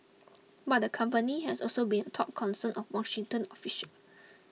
but the company has also been a top concern of Washington official